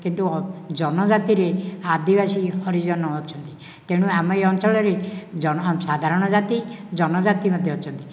କିନ୍ତୁ ଜନଜାତିରେ ଆଦିବାସୀ ହରିଜନ ଅଛନ୍ତି ତେଣୁ ଆମ ଅଞ୍ଚଳରେ ସାଧାରଣ ଜାତି ଜନଜାତି ମଧ୍ୟ ଅଛନ୍ତି